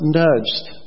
nudged